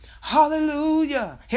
hallelujah